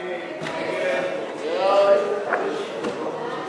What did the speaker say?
ההצעה להעביר את הצעת חוק התקציב לשנות הכספים 2013 ו-2014 (תיקון),